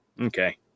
Okay